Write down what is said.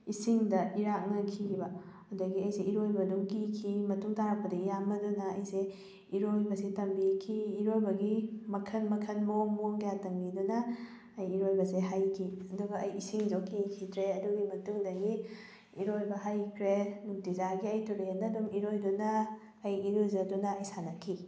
ꯏꯁꯤꯡꯗ ꯏꯔꯛꯅꯈꯤꯕ ꯑꯗꯒꯤ ꯑꯩꯁꯦ ꯏꯔꯣꯏꯕ ꯑꯗꯨꯝ ꯀꯤꯈꯤ ꯃꯇꯨꯡ ꯇꯥꯔꯛꯄꯗ ꯏꯌꯥꯝꯕ ꯑꯗꯨꯅ ꯑꯩꯁꯦ ꯏꯔꯣꯏꯕꯁꯦ ꯇꯝꯕꯤꯈꯤ ꯏꯔꯣꯏꯕꯒꯤ ꯃꯈꯜ ꯃꯈꯜ ꯃꯑꯣꯡ ꯃꯑꯣꯡ ꯀꯌꯥ ꯇꯝꯕꯤꯗꯨꯅ ꯑꯩ ꯏꯔꯣꯏꯕꯁꯦ ꯍꯩꯈꯤ ꯑꯗꯨꯒ ꯑꯩ ꯏꯁꯤꯡꯁꯨ ꯀꯤꯈꯤꯗ꯭ꯔꯦ ꯑꯗꯨꯒꯤ ꯃꯇꯨꯡꯗꯒꯤ ꯏꯔꯣꯏꯕ ꯍꯩꯈ꯭ꯔꯦ ꯅꯨꯡꯇꯤꯖꯥꯏꯒꯤ ꯑꯩ ꯇꯨꯔꯦꯜꯗ ꯑꯗꯨꯝ ꯏꯔꯣꯏꯗꯨꯅ ꯑꯩ ꯏꯔꯨꯖꯗꯨꯅ ꯑꯩ ꯁꯥꯟꯅꯈꯤ